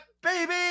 baby